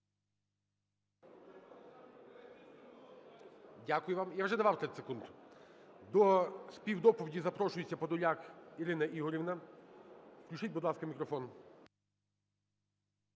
Дякую вам. Я вже давав 30 секунд. До співдоповіді запрошується Подоляк Ірина Ігорівна. Включіть, будь ласка, мікрофон.